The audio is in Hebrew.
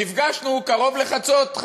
נפגשנו קרוב לחצות,